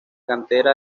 cantera